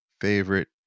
favorite